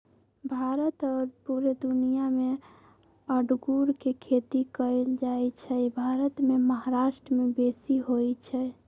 भारत आऽ पुरे दुनियाँ मे अङगुर के खेती कएल जाइ छइ भारत मे महाराष्ट्र में बेशी होई छै